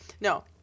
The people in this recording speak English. No